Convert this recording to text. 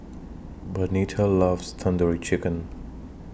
Bernetta loves Tandoori Chicken